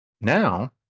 Now